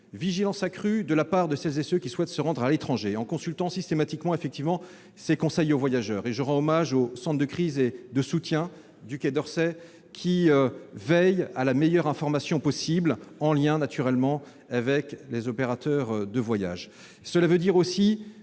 vigilance accrue. Celles et ceux qui souhaitent se rendre à l'étranger doivent donc consulter systématiquement les conseils aux voyageurs, et je rends hommage au centre de crise et de soutien du Quai d'Orsay, qui veille à leur meilleure information possible, en lien naturellement avec les opérateurs de voyage. Nous devons